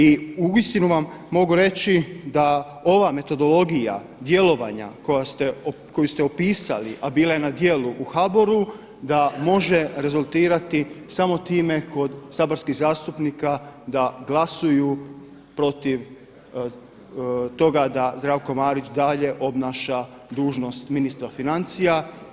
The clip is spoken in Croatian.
I uistinu vam mogu reći da ova metodologija djelovanja koju ste opisali, a bila je na djelu u HBOR-u da može rezultirati samo time kod saborskih zastupnika da glasuju protiv toga da Zdravko Marić dalje obnaša dužnost ministra financija.